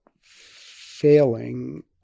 failing